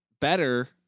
better